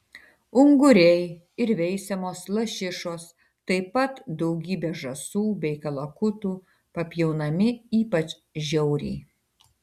unguriai ir veisiamos lašišos taip pat daugybė žąsų bei kalakutų papjaunami ypač žiauriai